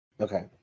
Okay